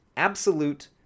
Absolute